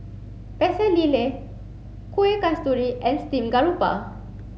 Pecel Lele Kuih Kasturi and Steamed Garoupa